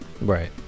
Right